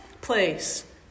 place